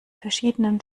verschiedenen